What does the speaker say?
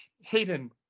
Hayden